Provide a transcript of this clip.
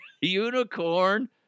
unicorn